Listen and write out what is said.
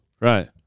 right